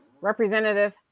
Representative